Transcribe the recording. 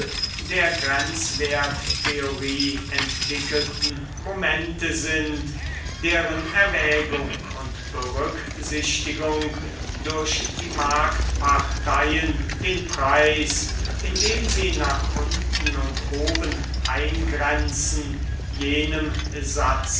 der grenzwerttheorie entwickelten momente sind deren erwägung und berücksichtigung durch die marktparteien den preis indem sie nach unten und oben eingrenzen jenem satze